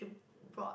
brought